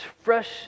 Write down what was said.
fresh